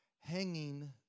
hanging